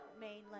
mainland